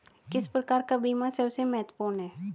किस प्रकार का बीमा सबसे महत्वपूर्ण है?